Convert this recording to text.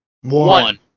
One